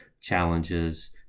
challenges